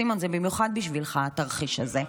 סימון, זה במיוחד בשבילך, התרחיש הזה.